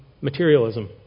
materialism